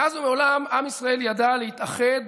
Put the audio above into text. מאז ומעולם עם ישראל ידע להתאחד